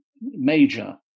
major